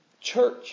church